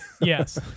Yes